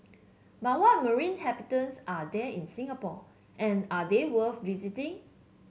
but what marine habitants are there in Singapore and are they worth visiting